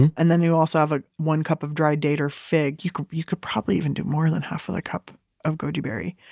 and and then, you also have ah one cup of dry date or fig you could you could probably even do more than half a cup of goji berry.